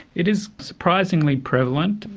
it is surprisingly prevalent.